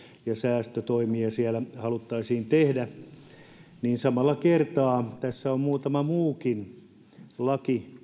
ja säästötoimia siellä haluttaisiin tehdä samalla kertaa tässä on menossa eteenpäin muutama muukin laki